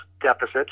deficits